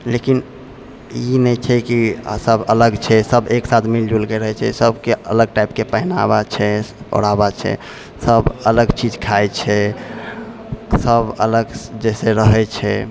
लेकिन ई नहि छै कि सभ अलग छै सभ एक साथ मिलजुलके रहै छै सभके अलग टाइपके पहनावा छै ओढ़ावा छै सभ अलग चीज खाइ छै सभ अलग जैसे रहै छै